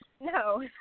no